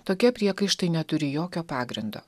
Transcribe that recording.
tokie priekaištai neturi jokio pagrindo